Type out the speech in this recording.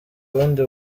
ubundi